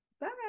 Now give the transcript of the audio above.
Bye